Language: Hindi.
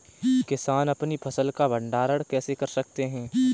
किसान अपनी फसल का भंडारण कैसे कर सकते हैं?